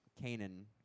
Canaan